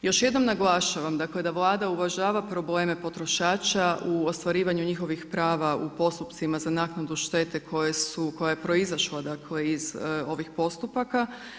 Još jednom naglašavam dakle da Vlada uvažava probleme potrošača u ostvarivanju njihovih prava u postupcima za naknadu štete koja je proizašla iz ovih postupaka.